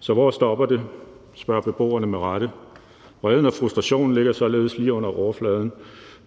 Så hvor stopper det? spørger beboerne med rette. Vreden og frustrationen ligger således lige under overfladen.